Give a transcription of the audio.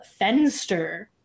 Fenster